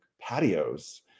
patios